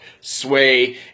sway